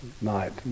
night